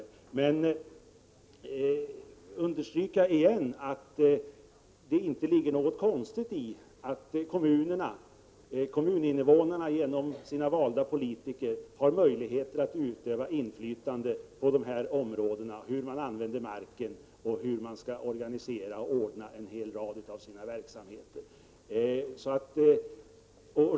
Jag vill understryka att det inte ligger något konstigt i att kommuninvånare genom sina valda politiker har möjligheter att utöva inflytande över hur man skall använda marken och hur man skall organisera olika verksamheter.